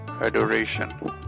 adoration